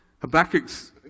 Habakkuk's